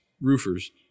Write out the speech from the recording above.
roofers